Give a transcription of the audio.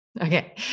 Okay